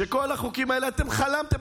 שעל כל החוקים האלה אתם חלמתם.